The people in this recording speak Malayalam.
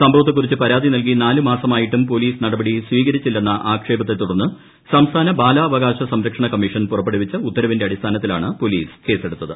സംഭവത്തെക്കുറിച്ച് പരാതി നൽകി നാലു മാസമായിട്ടും പൊലീസ് നടപടി സ്വീകരിച്ചില്ലെന്ന ആക്ഷേപത്തെത്തുടർന്ന് സംസ്ഥാന ബാലാവകാശ സംരക്ഷണ കമ്മീഷൻ പുറപ്പെടുവിച്ച ഉത്തരവിന്റെ അടിസ്ഥാനത്തിലാണ് പൊലീസ് കേസെടുത്തത്